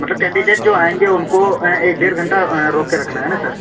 مطلب کینڈیڈیٹ جو آئیں گے ان کو ایک دیڑھ گھنٹہ روک کے رکھنا ہے سر